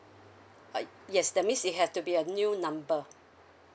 uh yes that means it have to be a new number